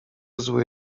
zły